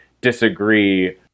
disagree